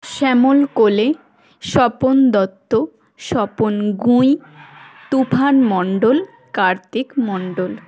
Shyamal Kole Swapan Dutta Swapan Gui Tufan Mondal Kartik Mondal